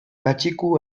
patxiku